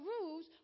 rules